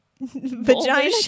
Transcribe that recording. Vagina